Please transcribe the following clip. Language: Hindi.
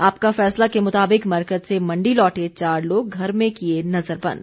आपका फैसला के मुताबिक मरकज से मंडी लौटे चार लोग घर में किए नज़रबंद